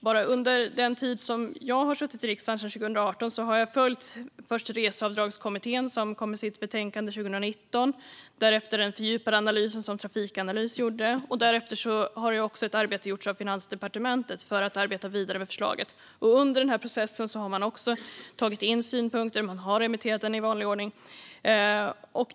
Sedan jag kom in i riksdagen 2018 har jag följt först Reseavdragskommittén, som kom med sitt betänkande 2019, därefter den fördjupade analys som Trafikanalys gjorde och sedan Finansdepartementets arbete med förslaget. Under denna process har man tagit in synpunkter och remitterat i vanlig ordning.